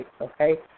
okay